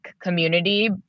community